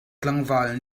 tlangval